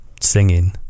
singing